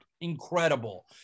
incredible